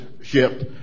shift